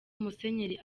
musenyeri